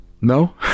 No